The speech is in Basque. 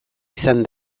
izan